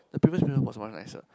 the previous person was much nicer